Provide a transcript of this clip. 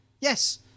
Yes